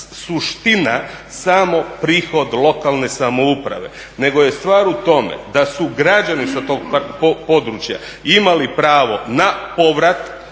suština samo prihod lokalne samouprave, nego je stvar u tome da su građani sa tog područja imali pravo na povrat,